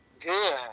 good